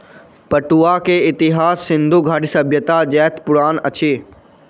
पटुआ के इतिहास सिंधु घाटी सभ्यता जेतै पुरान अछि